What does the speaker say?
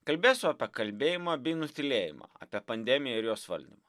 kalbėsiu apie kalbėjimą bei nutylėjimą apie pandemiją ir jos valdymą